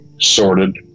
sorted